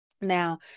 now